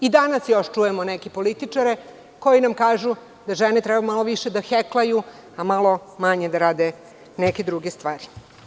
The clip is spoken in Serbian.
Danas još čujemo neke političare koji nam kažu da žene treba malo više da heklaju, a malo manje da rade neke druge stvari.